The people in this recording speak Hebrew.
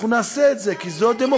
אנחנו נעשה את זה, כי זו הדמוקרטיה.